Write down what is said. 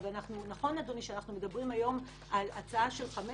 נכון שאנחנו מדברים על הצעה של 5,